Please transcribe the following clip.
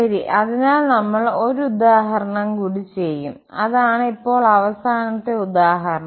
ശരി അതിനാൽ നമ്മൾ ഒരു ഉദാഹരണം കൂടി ചെയ്യും അതാണ് ഇപ്പോൾ അവസാനത്തെ ഉദാഹരണം